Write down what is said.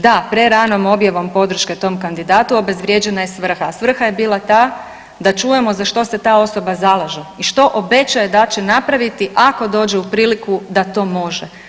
Da, preranom objavom podrške tom kandidatu obezvrijeđena je svrha, a svrha je bila ta da čujemo za što se ta osoba zalaže i što obećaje da će napraviti ako dođe u priliku da to može.